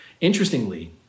Interestingly